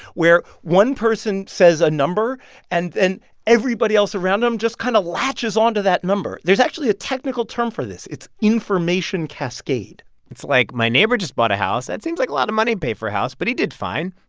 where one person says a number and then everybody else around him just kind of latches on to that number. there's actually a technical term for this. it's information cascade it's like, my neighbor just bought a house. that seems like a lot of money to pay for a house, but he did fine.